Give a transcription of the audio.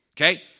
Okay